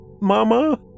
Mama